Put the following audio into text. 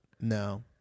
No